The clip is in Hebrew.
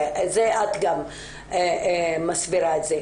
את מסבירה את זה.